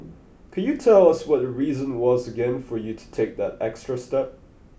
could you tell us what the reason was again for you to take that extra step